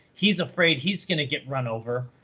he's afraid he's going to get run over.